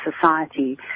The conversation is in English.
society